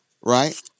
right